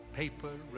paper